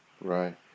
Right